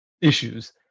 issues